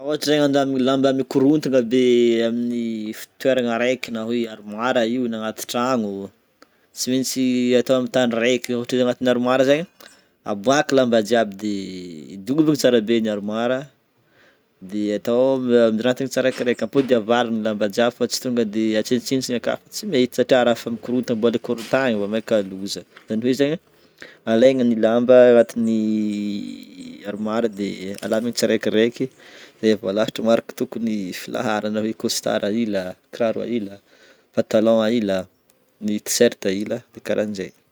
Ôhatry handamigny lamba mikorontagna be amin'ny fitoeragna araiky na hoe armoire io na agnaty tragno, tsy maintsy atao amin'ny tany raiky ohatra hoe agnatina armoire zegny: aboaka lamba jiaby de diovigna tsara be ny armoire dia atao mirantiny tsiraikaraika, ampody avalogno lamba jiaby fa tsy tonga de atsentsitsentsigny aka fo tsy mety satria raha efa mikorontana mbola ikorontagniny vao maika loza. Zany hoe zegny, alaigna ny lamba agnatin'ny armoire de alana tsiraikiraiky, zay vao alahatra maraka tokony filaharana hoe costard aila, kiraro aila, pantalon aila, ny tiserta aila de karahan'jay.